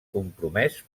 compromès